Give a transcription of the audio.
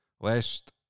Last